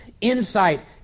insight